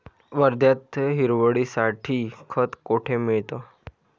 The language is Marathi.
वर्ध्यात हिरवळीसाठी खत कोठे मिळतं?